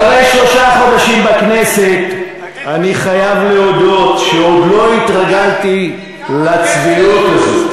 אחרי שלושה חודשים בכנסת אני חייב להודות שעוד לא התרגלתי לצביעות הזו.